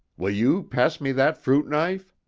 will you pass me that fruit-knife?